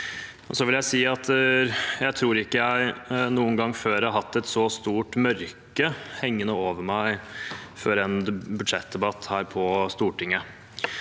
Jeg tror ikke jeg noen gang før har hatt et så stort mørke hengende over meg før en budsjettdebatt her på Stortinget.